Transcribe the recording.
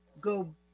go